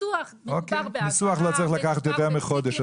ניסוח לא צריך לקחת יותר מחודש,